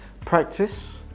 Practice